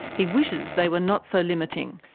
he wishes they were not so limiting.